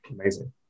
Amazing